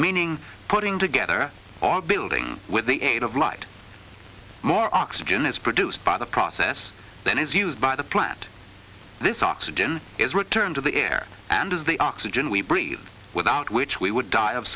meaning putting together or building with the aid of light more oxygen is produced by the process than is used by the plant this oxygen is returned to the air and is the oxygen we breathe without which we would die of